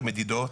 מדידות.